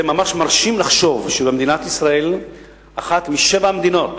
זה ממש מרשים לחשוב שמדינת ישראל היא אחת משבע המדינות